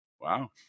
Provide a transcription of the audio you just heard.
Wow